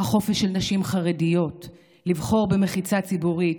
החופש של נשים חרדיות לבחור במחיצה ציבורית